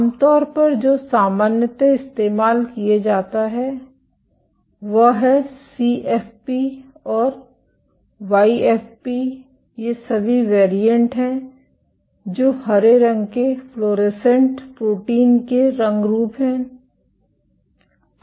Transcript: आमतौर पर जो सामान्यतः इस्तेमाल किया जाता है वह है सीएफपी और वाईएफपी ये सभी वेरिएंट हैं जो हरे रंग के फ्लोरोसेंट प्रोटीन के रंग रूप हैं